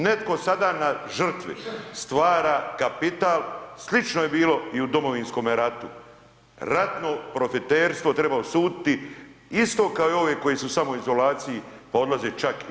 Netko sada na žrtvi stvara kapital, slično je bilo i u Domovinskome ratu, ratno profiterstvo treba osuditi isto kao i ove koji su u samoizolaciji pa odlaze čak i teže.